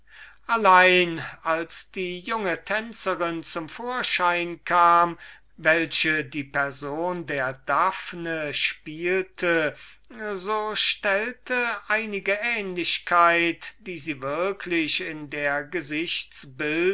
allein als die junge tänzerin zum vorschein kam welche die person der daphne spielte so stellte einige ähnlichkeit die sie würklich in der